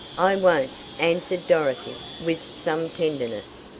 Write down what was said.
i won't, answered dorothy with some tenderness.